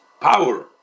power